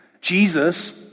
Jesus